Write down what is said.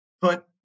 put